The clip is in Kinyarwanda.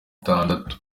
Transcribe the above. itandatu